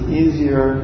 easier